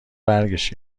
برش